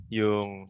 yung